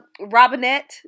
Robinette